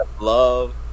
love